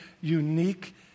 unique